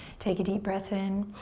take a deep breath in.